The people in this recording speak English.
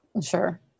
Sure